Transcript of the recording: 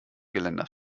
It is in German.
geländer